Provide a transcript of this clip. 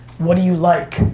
what are you like?